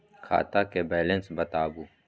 खाता के बैलेंस बताबू?